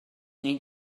wnei